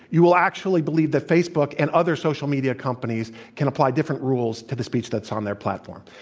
you will actually believe that facebook and other social media companies can apply different rules to the speech that's on their platform.